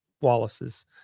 Wallace's